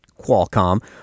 Qualcomm